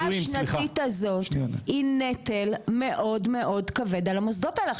השנתית הזאת היא נטל מאוד מאוד כבד על המוסדות האלה.